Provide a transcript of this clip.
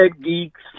geeks